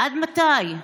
עד מתי?